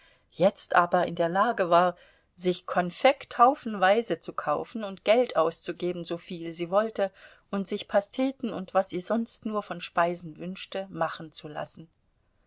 jetzt aber in der lage war sich konfekt haufenweise zu kaufen und geld auszugeben soviel sie wollte und sich pasteten und was sie sonst nur von speisen wünschte machen zu lassen